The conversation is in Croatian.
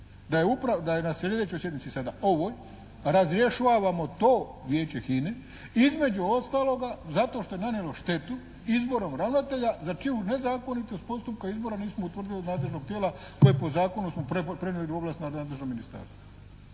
da je na sljedećoj sjednici sada, ovoj, razrješavamo to vijeće HINA-e između ostaloga zato što je nanijelo štetu izborom ravnatelja za čiju nezakonitost postupka izbora nismo utvrdili nadležnog tijela koje po zakonu smo prenijeli ovlast na dan